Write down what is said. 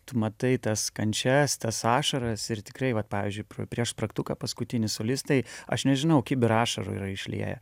tu matai tas kančias tas ašaras ir tikrai vat pavyzdžiui prieš spragtuką paskutinį solistai aš nežinau kibirą ašarų yra išlieję